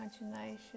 imagination